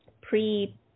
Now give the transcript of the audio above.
pre